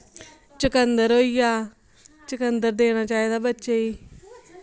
चुक्कंदर होईआ चुक्कंदर देना चाहिदा बच्चें गी